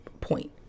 point